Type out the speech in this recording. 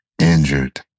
injured